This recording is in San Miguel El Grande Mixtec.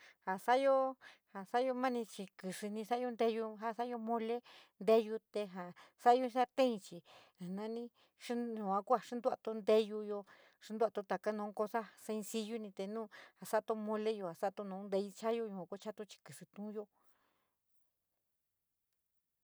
Ja sa´ayo maní chí kísí ni sa´ayo teuyo ja sa´ayo mole inteyu te jaas sa´ayo jí sartén chí ja naní yua kua dúvorte nteyuyo, tieron takadua cosa sencilla te nu ja sato moleí sato na neteí sa´ayo, chaato chi kísí tuu yo.